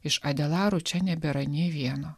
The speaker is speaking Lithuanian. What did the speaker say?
iš adelarų čia nebėra nei vieno